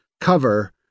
cover